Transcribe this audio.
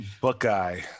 Buckeye